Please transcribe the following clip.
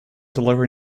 delivery